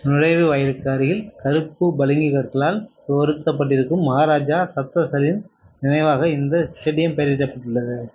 நுழைவு வாயிலுக்கு அருகில் கருப்பு பளிங்குக்கற்களால் பொருத்தப்பட்டிருக்கும் மகாராஜா சத்தசரின் நினைவாக இந்த ஸ்டேடியம் பெயரிடப்பட்டுள்ளது